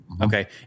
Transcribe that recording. Okay